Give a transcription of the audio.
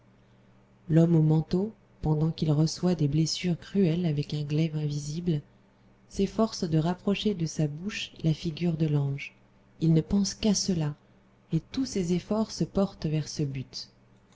l'homme au manteau pendant qu'il reçoit des blessures cruelles avec un glaive invisible s'efforce de rapprocher de sa bouche la figure de l'ange il ne pense qu'à cela et tous ses efforts se portent vers ce but